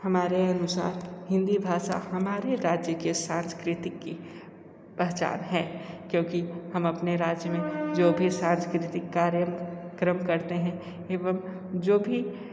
हमारे अनुसार हिंदी भाषा हमारे राज्य के सांस्कृतिक की पहचान हैं क्योंकि हम अपने राज्य में जो भी सांस्कृतिक कार्य क्रम करते है एवम जो भी